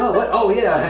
but oh yeah,